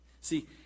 See